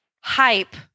hype